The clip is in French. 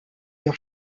leur